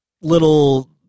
little